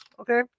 Okay